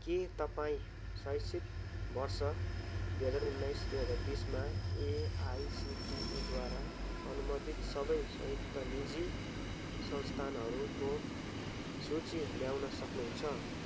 के तपाईँँ शैक्षिक वर्ष दुई हजार उन्नाइस दुई हजार बिसमा एआइसिटिईद्वारा अनुमोदित सबै संयुक्त निजी संस्थानहरूको सूची ल्याउन सक्नुहुन्छ